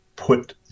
put